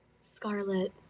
Scarlet